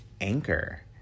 Anchor